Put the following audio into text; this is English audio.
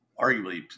arguably